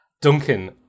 Duncan